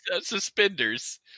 suspenders